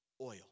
oil